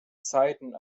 zeiten